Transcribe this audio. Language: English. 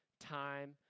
time